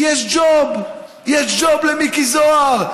כי יש ג'וב, יש ג'וב למיקי זוהר.